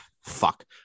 fuck